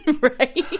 Right